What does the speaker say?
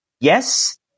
Yes